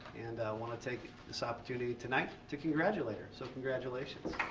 and want to take this opportunity tonight to congratulate her. so congratulations.